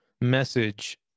message